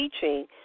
teaching